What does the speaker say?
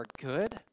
good